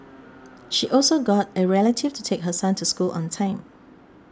she also got a relative to take her son to school on time